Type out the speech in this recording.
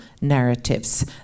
narratives